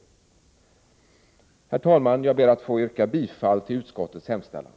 Herr talman! Jag ber att få yrka bifall till utskottets hemställan.